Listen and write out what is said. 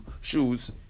shoes